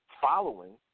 following